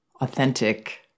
authentic